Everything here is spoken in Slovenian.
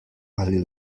ali